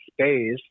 space